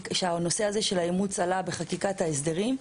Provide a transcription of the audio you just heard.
כשהנושא הזה של האימוץ עלה בחקיקת ההסדרים,